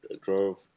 drove